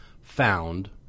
found